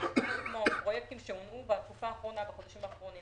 פרויקטים שהונעו בחודשים האחרונים